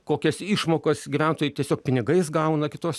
kokias išmokas gyventojai tiesiog pinigais gauna kitose